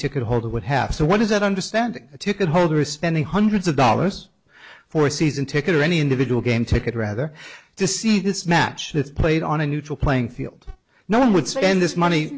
ticket holder would have so what is that understand a ticket holder is spending hundreds of dollars for a season ticket or any individual game ticket rather to see this match that's played on a neutral playing field no one would spend this money